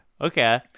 okay